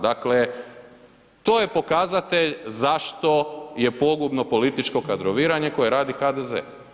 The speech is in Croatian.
Dakle, to je pokazatelj zašto je pogubno političko kadroviranje koje radi HDZ.